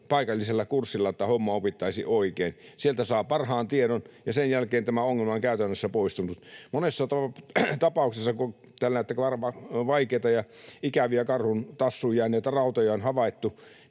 paikallisella kurssilla, niin että homma opittaisiin oikein. Sieltä saa parhaan tiedon, ja sen jälkeen tämä ongelma on käytännössä poistunut. Monessa tapauksessa, kun on tällaisia vaikeita ja ikäviä karhun tassuun jääneitä rautoja havaittu,